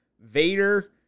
Vader